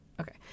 Okay